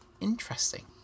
interesting